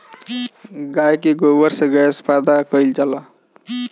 गाय के गोबर से गैस पैदा कइल जाला